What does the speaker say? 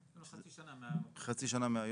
חצי שנה מהיום.